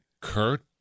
Kurt